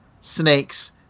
snakes